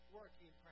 working